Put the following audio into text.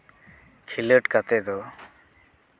ᱠᱷᱮᱞᱳᱰ ᱠᱟᱛᱮᱫ ᱫᱚ